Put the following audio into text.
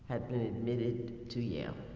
had been admitted to yale.